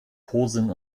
posen